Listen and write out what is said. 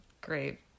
Great